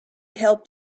helped